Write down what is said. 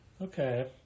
Okay